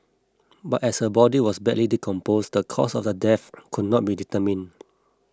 but as her body was badly decomposed the cause of death could not be determined